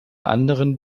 anderen